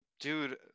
Dude